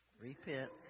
repent